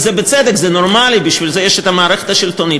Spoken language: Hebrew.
וזה בצדק וזה נורמלי ובשביל זה יש המערכת השלטונית,